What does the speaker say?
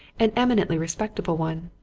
an eminently respectable one.